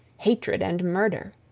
hatred and murder.